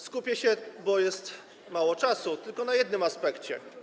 Skupię się, bo jest mało czasu, tylko na jednym aspekcie.